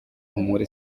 muri